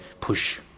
push